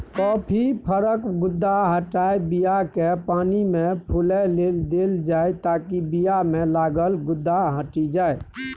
coffee फरक गुद्दा हटाए बीयाकेँ पानिमे फुलए लेल देल जाइ ताकि बीयामे लागल गुद्दा हटि जाइ